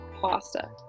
pasta